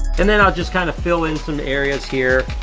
and then i'll just kinda fill in some areas here,